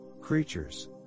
creatures